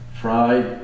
fried